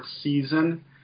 season